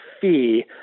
fee